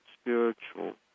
spiritual